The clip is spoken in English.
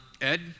Ed